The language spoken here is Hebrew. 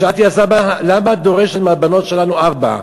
שאלתי: אז למה את דורשת מהבנות שלנו ארבע יחידות?